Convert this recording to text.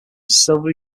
silvery